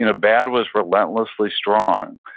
and bad was relentlessly strong.